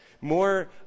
more